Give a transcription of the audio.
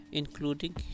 including